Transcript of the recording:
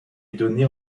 donné